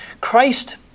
Christ